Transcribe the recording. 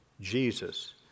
Jesus